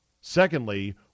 Secondly